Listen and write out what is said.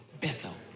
Bethel